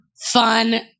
fun